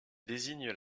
désigne